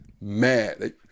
mad